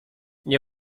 nie